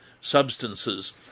substances